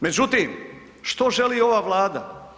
Međutim, što želi ova Vlada?